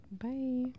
bye